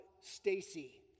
Stacy